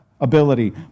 ability